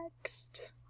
next